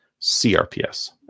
CRPS